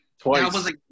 Twice